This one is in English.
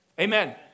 amen